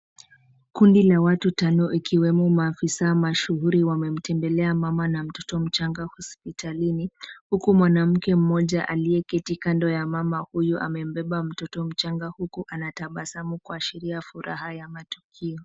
Kundi la watu tano ikiwemo maafisa mashuhuri wamemtembelea mama na mtoto hospitalini, huku mwanamke mmoja aliyeketi kanda ya mmama huyo amembeba mtoto mchanga huku anatabasamu kuashiria furaha ya matukio.